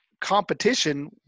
competition